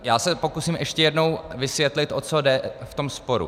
Já se pokusím ještě jednou vysvětlit, o co jde v tom sporu.